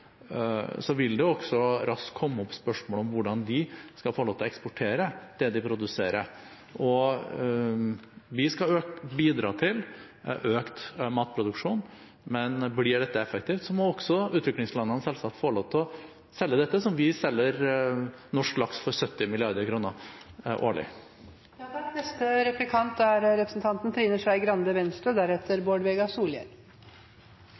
vil det også raskt komme opp spørsmål om hvordan de skal få lov til å eksportere det de produserer. Vi skal bidra til økt matproduksjon, men blir dette effektivt, må selvsagt også utviklingslandene få lov til å selge det, slik vi selger norsk laks for 70 mrd. kr årlig. Jeg hadde egentlig tenkt å spørre om likestilling, for jeg er bekymret for de utviklingstrekkene vi ser internasjonalt. Representanten